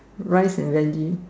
rice and Veggie